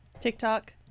TikTok